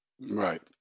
Right